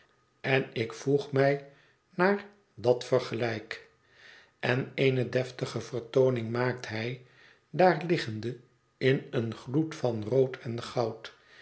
en ik voeg mij naar dat vergelijk en eene deftige vertooning maakt hij daar liggende in een gloed van rood en goud